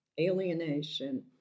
alienation